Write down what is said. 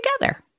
together